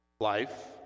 life